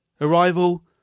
Arrival